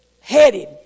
headed